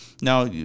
Now